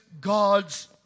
God's